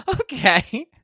okay